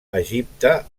egipte